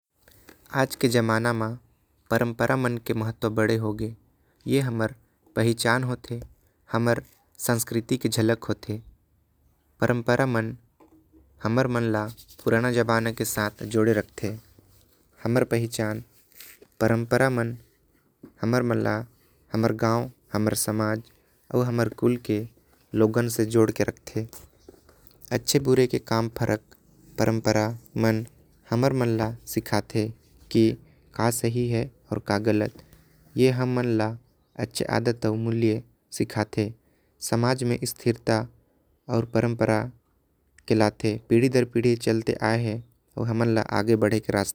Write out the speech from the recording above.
आज के जमाना मा परम्परा के बड़ा महत्व होथे। आज कल के जमाना मा परम्परा मन हमन ला। पुराना समय या जड़ कहिला से जोड़े रथे। ऐ हमर पहचान होथे ऐ हमन ला हमर समाज संस्कृति। परिवार अउ हमन के लोगन से जोड़ के रखते। परम्परा हमन मन ला अच्छा बुरा मान सम्मान सिखाते।